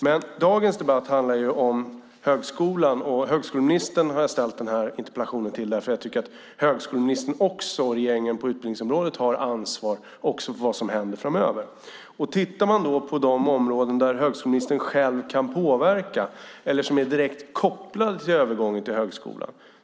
Den här debatten handlar om högskolan, och det är till högskoleministern jag har ställt min interpellation. Jag tycker att också högskoleministern i regeringen har ansvar för vad som händer framöver inom de områden där högskoleministern själv kan påverka eller som är direkt kopplade till övergången till högskolan.